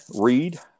read